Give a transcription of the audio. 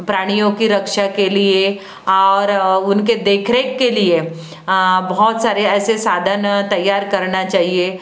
प्राणियों की रक्षा के लिए और उनकी देख रेख के लिए बहुत सारे ऐसे साधन तैयार करने चाहिए